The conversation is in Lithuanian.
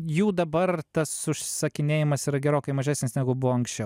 jų dabar tas užsakinėjamas yra gerokai mažesnis negu buvo anksčiau